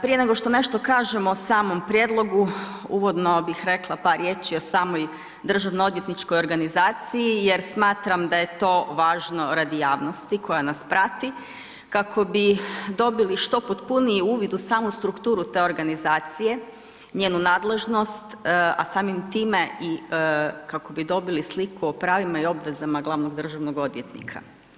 Prije nego što nešto kažem o samom prijedlogu, uvodno bih rekla par riječi o samoj državno-odvjetničkoj organizaciji jer smatram da je to važno radi javnosti koja nas prati kako bi dobili što potpuniji uvid u samu strukturu te organizacija, njenu nadležnost, a samim time i kako bi dobili sliku o pravima i obvezama glavnog državnog odvjetnika.